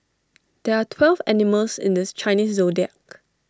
there are twelve animals in this Chinese Zodiac